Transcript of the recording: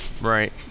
right